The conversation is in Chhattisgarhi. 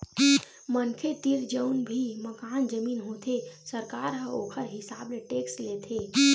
मनखे तीर जउन भी मकान, जमीन होथे सरकार ह ओखर हिसाब ले टेक्स लेथे